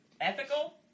ethical